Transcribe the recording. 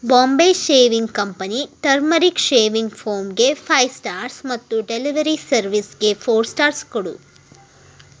Bombay shaving company turmeric shaving ಫೋಮ್ಗೆ five stars ಮತ್ತು delivery ಸರ್ವಿಸ್ಗೆ ಫೋರ್ ಸ್ಟಾರ್ಸ್ ಕೊಡು